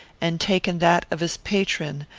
and taken that of his patron,